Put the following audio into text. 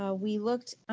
ah we looked